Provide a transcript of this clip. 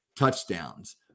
touchdowns